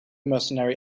mercenary